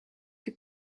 had